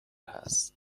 هست